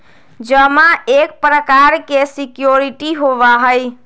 जमा एक प्रकार के सिक्योरिटी होबा हई